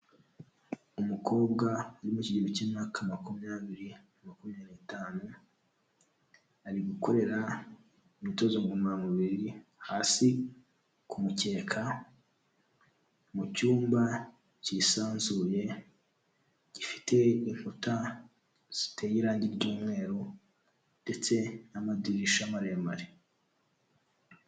Umukobwa uri mu kigero cy'imyaka makumyabiri makumyabiri n'itanu, ari gukorera imyitozo ngororamubiri hasi kumukeka mu cyumba kisanzuye gifite inkuta ziteye irangi ry'umweru ndetse n'amadirisha maremare.